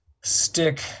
stick